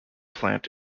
plant